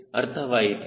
ಅರ್ಥವಾಯಿತಾ